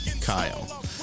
Kyle